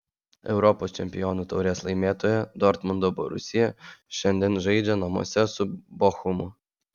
europos čempionų taurės laimėtoja dortmundo borusija šiandien žaidžia namuose su bochumu